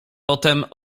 potem